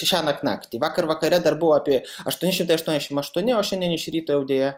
šiąnakt naktį vakar vakare dar buvo apie aštuoni šimtai aštuoniasdešimt aštuoni o šiandien iš ryto jau deja